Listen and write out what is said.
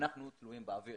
אנחנו תלויים באוויר,